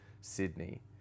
Sydney